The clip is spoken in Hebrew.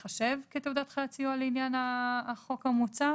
מחוץ לארץ תיחשב כתעודת חיית סיוע לעניין החוק המוצע,